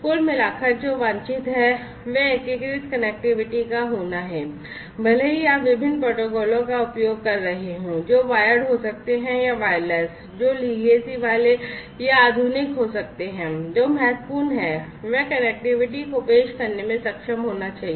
कुल मिलाकर जो वांछित है वह एकीकृत कनेक्टिविटी का होना है भले ही आप विभिन्न प्रोटोकॉलों का उपयोग कर रहे हों जो वायर्ड हो सकते हैं या वायरलेस या जो legacy वाले या आधुनिक हो सकते हैं जो महत्वपूर्ण है वह कनेक्टिविटी को पेश करने में सक्षम होना चाहिए